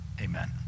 Amen